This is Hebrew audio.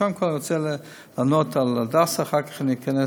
כאן כבר אני רוצה לענות על הדסה, אחר כך אני אכנס